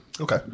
Okay